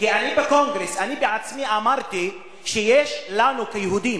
כי בקונגרס אני בעצמי אמרתי שיש לנו כיהודים,